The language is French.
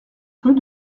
rue